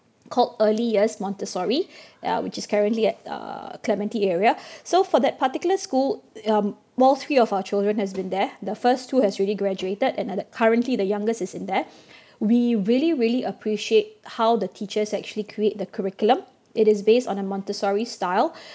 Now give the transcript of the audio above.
called early years Montessori uh which is currently at uh clementi area so for that particular school um all three of our children has been there the first two has already graduated another currently the youngest is in there we really really appreciate how the teachers actually create the curriculum it is based on a Montessori style